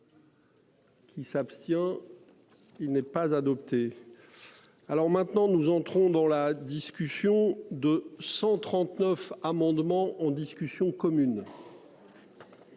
Qui s'abstient. Il n'est pas adopté. Alors maintenant nous entrons dans la discussion de 139 amendements en discussion commune.